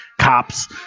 cops